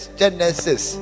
genesis